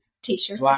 T-shirt